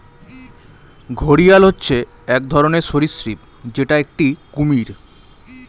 ঘড়িয়াল হচ্ছে এক ধরনের সরীসৃপ যেটা একটি কুমির